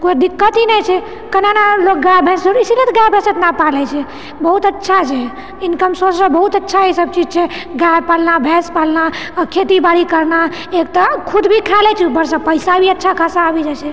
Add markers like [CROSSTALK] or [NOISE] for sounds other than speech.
कोइ दिक्कत ही नहि छै [UNINTELLIGIBLE] इसीलिए गाए भैंस इतना पालैत छै बहुत अच्छा छै ईनकम सोर्स बहुत अच्छा ई सब चीज छै गाय पालना भैंस पालना खेती बारी करना एक तऽ खुद भी खाए लै छै ऊपरसँ पैसा भी अच्छा खासा आबि जाइत छै